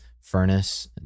furnace